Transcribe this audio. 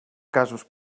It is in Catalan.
casos